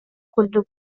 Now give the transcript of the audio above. курдук